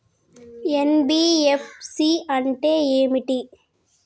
NBFC అంటే ఏమిటి?